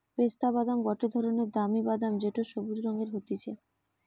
পেস্তা বাদাম গটে ধরণের দামি বাদাম যেটো সবুজ রঙের হতিছে